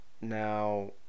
Now